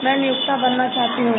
मैं नियोक्ता बनना चाहती हूं